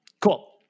cool